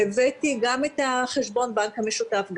הבאתי גם את חשבון הבנק המשותף,